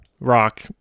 rock